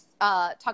talk